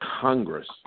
Congress